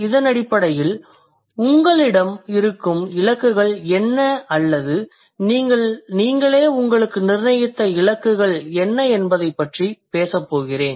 இதன் அடிப்படையில் உங்களிடம் இருக்கும் இலக்குகள் என்ன அல்லது நீங்களே உங்களுக்கு நிர்ணயித்த இலக்குகள் என்ன என்பதைப் பற்றி பேசப்போகிறேன்